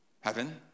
heaven